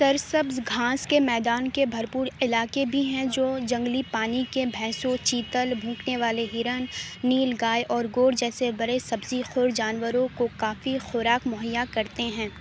سرسبز گھاس کے میدان کے بھرپور علاقے بھی ہیں جو جنگلی پانی کی بھینسوں چیتل بھونکنے والے ہرن نیل گائے اور گور جیسے برے سبزی خور جانوروں کو کافی خوراک مہیا کرتے ہیں